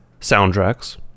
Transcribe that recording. soundtracks